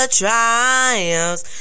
triumphs